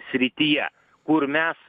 srityje kur mes